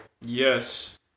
Yes